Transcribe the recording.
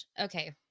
Okay